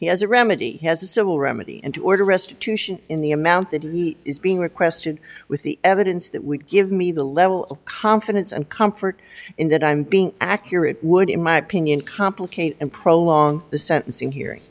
he has a remedy he has a civil remedy and to order restitution in the amount that is being requested with the evidence that would give me the level of confidence and comfort in that i'm being accurate would in my opinion complicate and prolonging the sentencing hearing